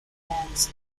plans